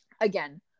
Again